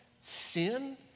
sin